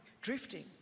drifting